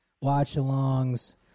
watch-alongs